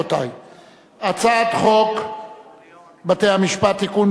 הצעת חוק בתי-המשפט (תיקון,